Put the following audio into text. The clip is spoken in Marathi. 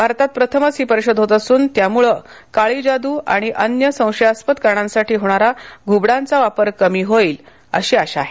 भारतात प्रथमच ही परिषद होत असून त्यामुळं काळी जादू आणि अन्य संशयास्पद कारणांसाठी होणारा घुबडांचा वापर कमी होण्यास मदत होईल अशी आशा आहे